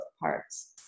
parts